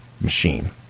machine